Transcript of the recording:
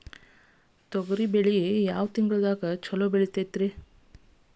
ತೊಗರಿ ಯಾವ ತಿಂಗಳದಾಗ ಛಲೋ ಬೆಳಿತೈತಿ?